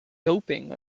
doping